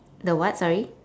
the what sorry